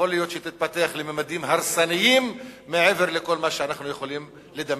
שיכול להיות שתתפתח לממדים הרסניים מעבר לכל מה שאנחנו יכולים לדמיין.